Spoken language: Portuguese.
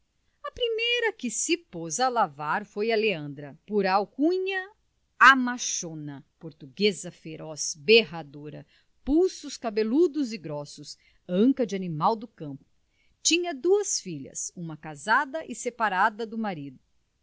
a primeira que se pôs a lavar foi a leandra por alcunha a machona portuguesa feroz berradora pulsos cabeludos e grossos anca de animal do campo tinha duas filhas uma casada e separada do marido